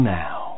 now